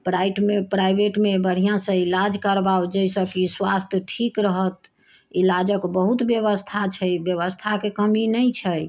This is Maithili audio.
प्राइभेटमे बढ़िऑंसँ इलाज करबाऊ जेहिसँ कि स्वास्थ्य ठीक रहत इलाजक बहुत व्यवस्था छै व्यवस्थाके कमी नहि छै